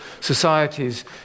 societies